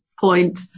point